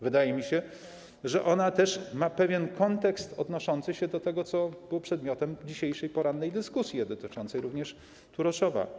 Wydaje mi się, że ona ma też pewien kontekst odnoszący się do tego, co było przedmiotem dzisiejszej porannej dyskusji, dotyczącej również Turoszowa.